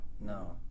No